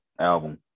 album